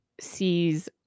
sees